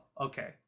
okay